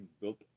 built